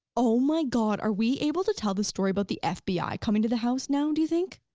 oh my god, are we able to tell the story about the fbi coming to the house now do you think?